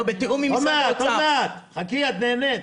עוד מעט, חכי, את נהנית...